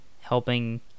helping